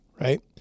right